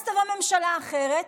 אז תבוא ממשלה אחרת